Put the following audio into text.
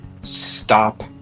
Stop